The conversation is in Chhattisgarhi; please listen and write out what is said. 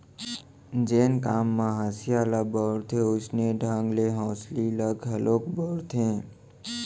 जेन काम म हँसिया ल बउरथे वोइसने ढंग ले हँसुली ल घलोक बउरथें